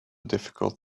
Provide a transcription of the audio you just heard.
difficult